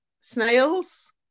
snails